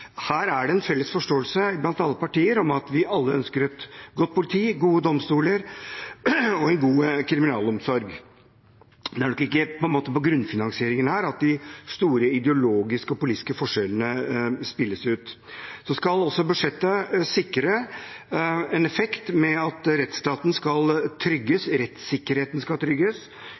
Her er det en felles forståelse blant alle partier om at vi alle ønsker et godt politi, gode domstoler og en god kriminalomsorg. Det er nok ikke på grunnfinansieringen her at de store ideologiske og politiske forskjellene spilles ut. Så skal budsjettet også sikre en effekt med at rettsstaten skal trygges, rettssikkerheten skal trygges,